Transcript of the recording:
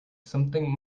something